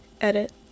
Edit